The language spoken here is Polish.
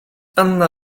anna